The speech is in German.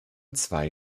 zwei